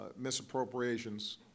misappropriations